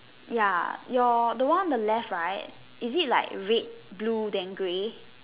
ya your the one on your on the left right is it like red blue than grey